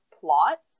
plot